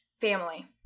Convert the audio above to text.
Family